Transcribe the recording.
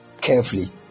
carefully